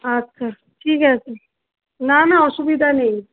আচ্ছা ঠিক আছে না না অসুবিধা নেই